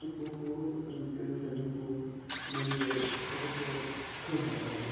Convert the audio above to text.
পুকুর swimming pool নদীতে সেটা ক্ষেত্রে খুবই ভালো লাগে আমার